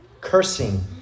cursing